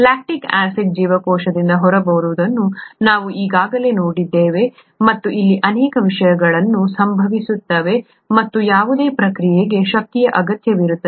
lactic acid ಜೀವಕೋಶದಿಂದ ಹೊರಬರುವುದನ್ನು ನಾವು ಈಗಾಗಲೇ ನೋಡಿದ್ದೇವೆ ಮತ್ತು ಅಲ್ಲಿ ಅನೇಕ ವಿಷಯಗಳು ಸಂಭವಿಸುತ್ತವೆ ಮತ್ತು ಯಾವುದೇ ಪ್ರಕ್ರಿಯೆಗೆ ಶಕ್ತಿಯ ಅಗತ್ಯವಿರುತ್ತದೆ